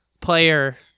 player